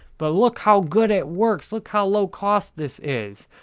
but look how good it works. look how low cost this is!